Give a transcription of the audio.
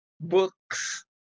books